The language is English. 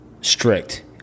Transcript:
strict